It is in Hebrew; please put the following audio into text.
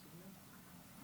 לרשותך.